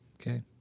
Okay